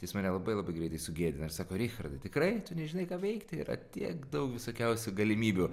jis mane labai labai greitai sugėdina ir sako richardai tikrai tu nežinai ką veikti yra tiek daug visokiausių galimybių